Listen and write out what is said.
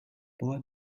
boy